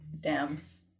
dams